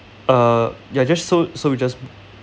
uh ya just so so we just